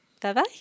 Bye-bye